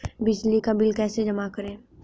बिजली का बिल कैसे जमा करें?